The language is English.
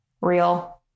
real